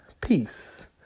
peace